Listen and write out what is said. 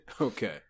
Okay